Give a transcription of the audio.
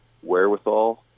wherewithal